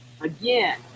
again